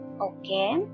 Okay